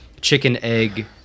chicken-egg